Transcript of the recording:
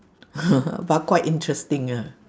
but quite interesting ya